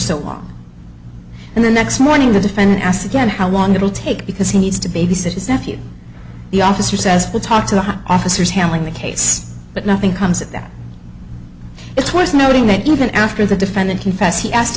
so long and the next morning the defendant asked again how long it will take because he needs to babysit his nephew the officer says will talk to the officers handling the case but nothing comes of that it's worth noting that even after the defendant confess he asked